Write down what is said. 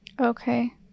Okay